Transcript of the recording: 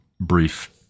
brief